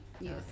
yes